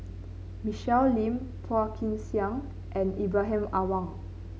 Michelle Lim Phua Kin Siang and Ibrahim Awang